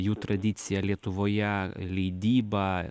jų tradicija lietuvoje leidyba